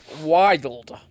Wild